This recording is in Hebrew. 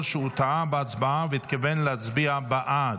שהוא טעה בהצבעה והתכוון להצביע בעד,